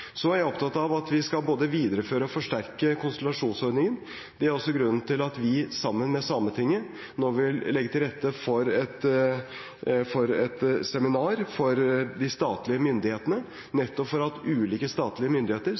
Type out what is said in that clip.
Så er jeg opptatt av at vi skal både videreføre og forsterke konsultasjonsordningen. Det er også grunnen til at vi sammen med Sametinget nå vil legge til rette for et seminar for de statlige myndighetene, nettopp for at ulike statlige myndigheter